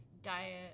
diet